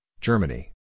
Germany